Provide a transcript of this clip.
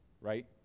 Right